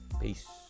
peace